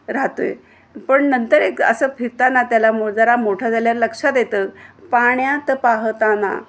राहतो आहे पण नंतर एक असं फिरताना त्याला जरा मोठं झाल्यावर लक्षात येतं पाण्यात पाहताना